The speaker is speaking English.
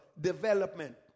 development